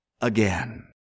again